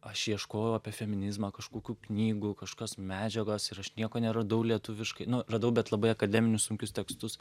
aš ieškojau apie feminizmą kažkokių knygų kažkokios medžiagos ir aš nieko neradau lietuviškai nu radau bet labai akademinius sunkius tekstus